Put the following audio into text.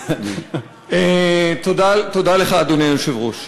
תודה לך, אדוני היושב-ראש.